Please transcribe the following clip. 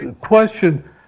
question